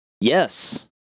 yes